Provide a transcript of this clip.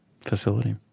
facility